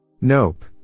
Nope